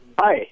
Hi